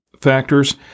factors